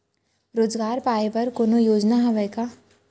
रोजगार पाए बर कोनो योजना हवय का?